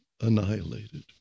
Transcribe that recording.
annihilated